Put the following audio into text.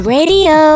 Radio